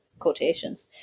quotations